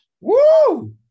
Woo